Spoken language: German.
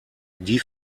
die